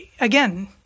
again